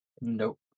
Nope